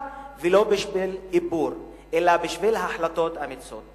ולא בשביל איפור אלא בשביל החלטות אמיצות.